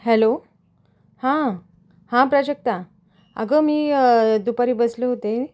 hello हां हां प्राजक्ता अगं मी दुपारी बसले होते